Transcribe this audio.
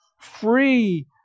free